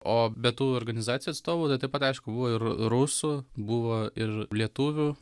o be tų organizacijų atstovų taip pat aišku buvo ir rusų buvo ir lietuvių